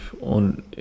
on